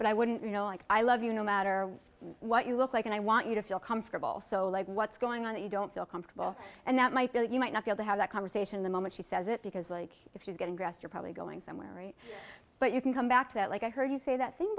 but i wouldn't you know like i love you no matter what you look like and i want you to feel comfortable so like what's going on that you don't feel comfortable and that michael you might not feel to have that conversation the moment she says it because like if she's getting dressed you're probably going somewhere right but you can come back to that like i heard you say that